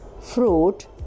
fruit